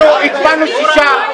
אנחנו הצבענו 6,